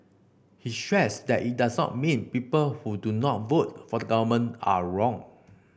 he stressed that it does not mean people who do not vote for the government are wrong